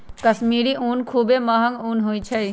कश्मीरी ऊन खुब्बे महग ऊन होइ छइ